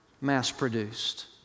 mass-produced